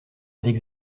avec